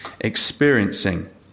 experiencing